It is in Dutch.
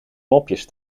mopjes